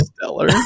stellar